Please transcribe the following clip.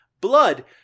Blood